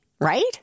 right